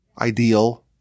ideal